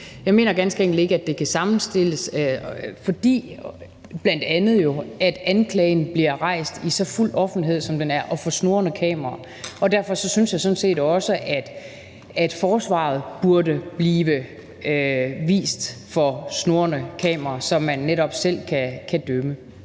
Jeg mener ganske enkelt ikke, at det kan sammenstilles, bl.a. fordi anklagen jo bliver rejst i så fuld offentlighed, som den gør, og for snurrende kameraer, og derfor synes jeg sådan set også, at forsvaret burde blive vist for snurrende kameraer, så man netop selv kan dømme.